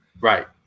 right